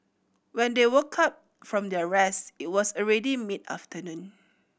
when they woke up from their rest it was already mid afternoon